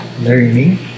learning